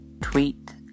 tweet